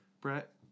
Brett